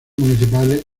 municipales